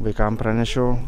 vaikam pranešiau